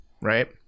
right